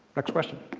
next question.